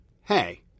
Hey